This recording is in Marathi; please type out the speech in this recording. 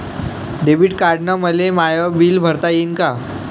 डेबिट कार्डानं मले माय बिल भरता येईन का?